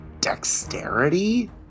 dexterity